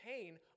pain